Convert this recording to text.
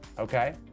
Okay